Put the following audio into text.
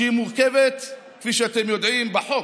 שהיא מורכבת, כפי שאתם יודעים, בחוק,